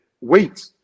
Wait